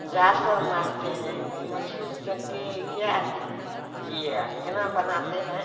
जा सब मारते हैं तो यह मछली सके क्या कि केना बनाते हैं